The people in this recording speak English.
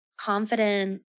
confident